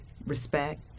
respect